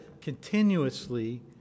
continuously